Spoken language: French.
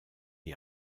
est